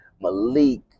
Malik